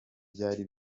byari